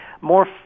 more